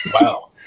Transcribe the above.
Wow